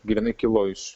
grynai kilo iš